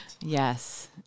Yes